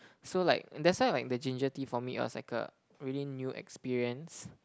so like that's why like the ginger tea for me was like a really new experience